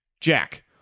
Jack